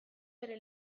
bere